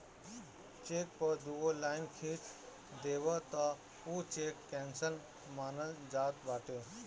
check पअ दुगो line खिंच देबअ तअ उ चेक केंसल मानल जात बाटे